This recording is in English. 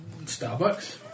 Starbucks